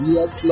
Yes